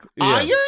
Iron